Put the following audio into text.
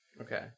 Okay